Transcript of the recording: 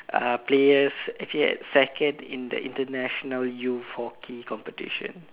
uh players actually had second in the international youth hockey competition